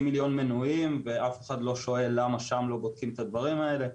מיליון מינויים ואף אחד לא שואל למה שם לא בודקים את הדברים האלה.